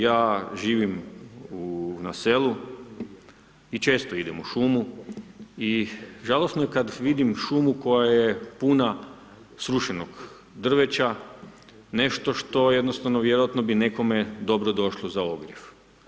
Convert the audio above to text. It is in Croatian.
Ja živim na selu i često idem u šumu i žalosno je kada vidim šumu koja je puna srušenog drveća, nešto što jednostavno vjerojatno bi nekome dobro došlo za ogrjev.